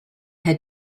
had